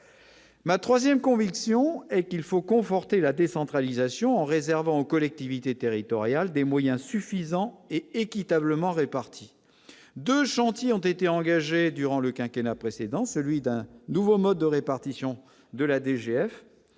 Ma 3ème conviction qu'il faut conforter la décentralisation en réservant collectivités territoriales des moyens suffisants et équitablement répartis 2 chantiers ont été engagés durant le quinquennat précédent, celui d'un nouveau mode de répartition de la DGF,